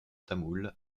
tamoul